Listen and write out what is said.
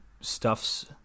stuffs